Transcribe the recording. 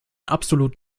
absolut